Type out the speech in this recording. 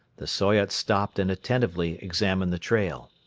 the soyot stopped and attentively examined the trail.